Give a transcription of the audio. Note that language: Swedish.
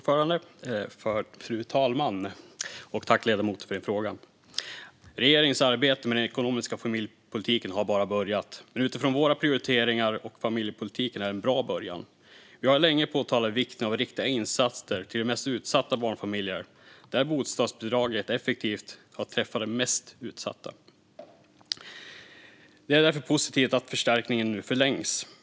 Fru talman! Tack för din fråga, ledamoten! Regeringens arbete med den ekonomiska familjepolitiken har bara börjat. Utifrån våra prioriteringar och familjepolitiken är det en bra början. Vi har länge pekat på vikten av riktade insatser till de mest utsatta barnfamiljerna. Där har bostadsbidraget effektivt träffat de mest utsatta. Det är därför positivt att förstärkningen nu förlängs.